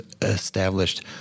established